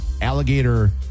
alligator